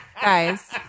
guys